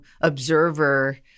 observer